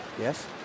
Yes